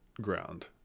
ground